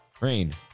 rain